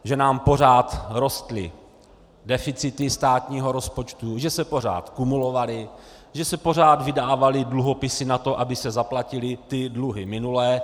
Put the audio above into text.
Že nám pořád rostly deficity státního rozpočtu, že se pořád kumulovaly, že se pořád vydávaly dluhopisy na to, aby se zaplatily dluhy minulé.